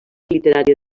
literària